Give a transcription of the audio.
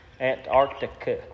Antarctica